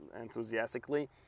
enthusiastically